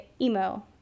emo